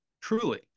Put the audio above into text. Truly